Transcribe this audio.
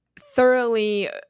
thoroughly